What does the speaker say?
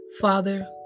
Father